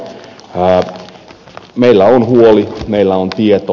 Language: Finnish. meillä on huoli meillä on tieto